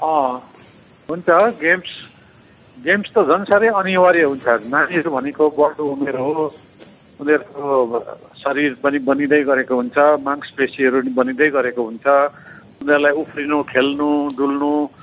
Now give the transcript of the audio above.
अँ हुन्छ games games त झन् साह्रै अनिवार्य हुन्छ नानीहरू भनेको बढ्दो उमेर हो उनीहरूको शरीर पनि बनिँदैगरेको हुन्छ मांसपेशीहरू पनि बनिँदैगरेको हुन्छ उनीहरूलाई उफ्रिनु खेल्नु डुल्नु